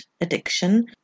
addiction